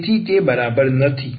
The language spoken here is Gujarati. તેથી તે બરાબર નથી